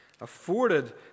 afforded